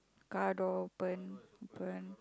car door open open